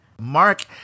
Mark